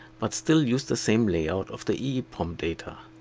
but still use the same layout of the eeprom data.